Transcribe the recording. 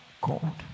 God